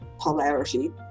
polarity